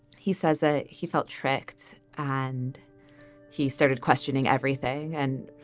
he says ah he felt tricked and he started questioning everything. and,